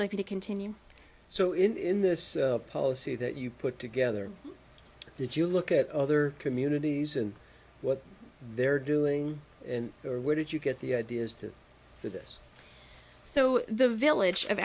likely to continue so in this policy that you put together that you look at other communities and what they're doing or where did you get the ideas to do this so the village of